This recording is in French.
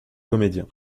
comédien